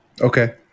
Okay